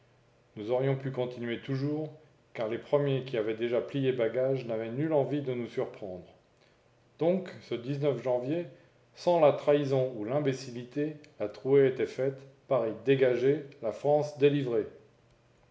nous aurions pu continuer toujours car les premiers qui avaient déjà plié bagage n'avaient nulle envie de nous surprendre donc ce janvier sans la trahison ou l'imbécillité la trouée était faite paris dégagé la france délivrée